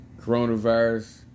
Coronavirus